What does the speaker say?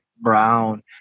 brown